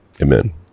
amen